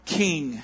king